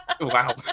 Wow